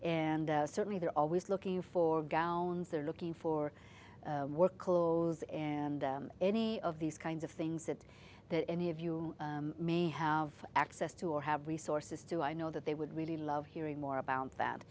and certainly they're always looking for gowns they're looking for work clothes and any of these kinds of things that that any of you may have access to or have resources to i know that they would really love hearing more about that